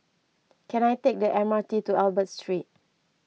can I take the M R T to Albert Street